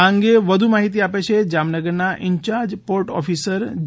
આ અંગે વધુ માહિતી આપે છે જામનગરના ઇન્યાર્જ પોર્ટ ઓફિસર જે